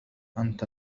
أنت